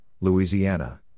Louisiana